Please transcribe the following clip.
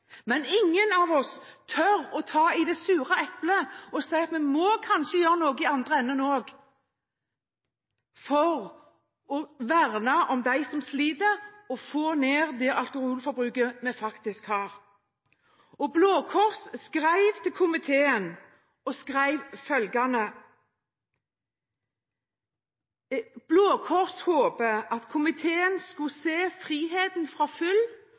men ingen av oss tør å bite i det sure eplet og si at vi må kanskje gjøre noe i den andre enden også, for å verne om dem som sliter, og få ned det alkoholforbruket vi faktisk har. Blå Kors skrev følgende til komiteen: «Blå Kors håper at komiteen ser at friheten fra